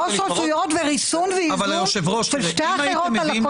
שלוש רשויות וריסון ואיזון של שתי האחרות.